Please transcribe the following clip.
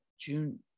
June